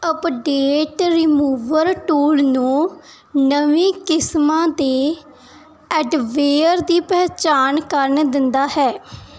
update remover tool ਨੂੰ ਨਵੀ ਕਿਸਮਾਂ ਦੇ ਐਡਵੇਅਰ ਦੀ ਪਹਿਚਾਣ ਕਰਨ ਦਿੰਦਾ ਹੈ